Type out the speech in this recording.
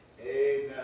Amen